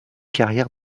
carrière